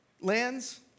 lands